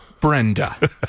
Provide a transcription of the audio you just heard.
Brenda